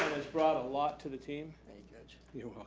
has brought a lot to the team. thank you,